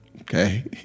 okay